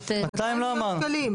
200 לא אמרנו.